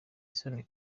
isoni